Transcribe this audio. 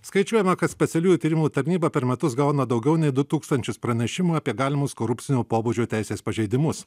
skaičiuojama kad specialiųjų tyrimų tarnyba per metus gauna daugiau nei du tūkstančius pranešimų apie galimus korupcinio pobūdžio teisės pažeidimus